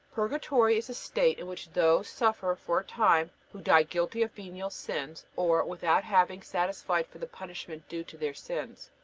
purgatory is a state in which those suffer for a time who die guilty of venial sins, or without having satisfied for the punishment due to their sins.